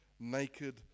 Naked